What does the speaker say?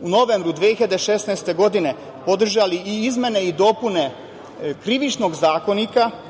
u novembru 2016. godine, podržali izmene i dopune Krivičnog zakonika,